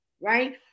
Right